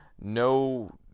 no